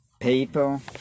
People